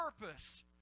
purpose